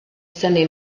synnu